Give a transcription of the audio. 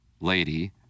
lady